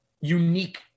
unique